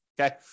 Okay